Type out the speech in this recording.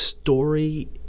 story